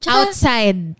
Outside